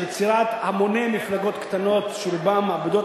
יצירת המוני מפלגות קטנות שרובן מאבדות